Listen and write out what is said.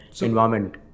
environment